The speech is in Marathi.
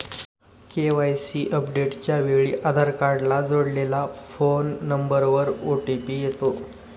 के.वाय.सी अपडेटच्या वेळी आधार कार्डला जोडलेल्या फोन नंबरवर ओ.टी.पी येतो